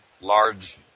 Large